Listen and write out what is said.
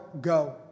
go